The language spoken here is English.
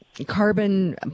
carbon